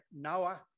Noah